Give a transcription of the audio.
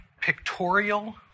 pictorial